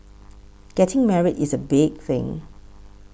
getting married is a big thing